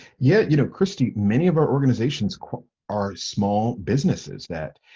yeah, you know, christy, many of our organizations are small businesses that,